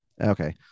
Okay